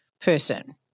person